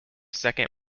second